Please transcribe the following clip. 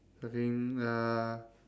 looking uh